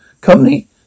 Company